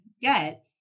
get